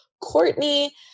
courtney